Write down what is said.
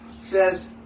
says